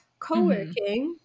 coworking